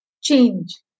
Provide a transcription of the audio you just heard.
change